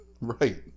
right